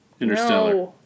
Interstellar